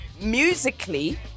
musically